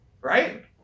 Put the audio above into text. Right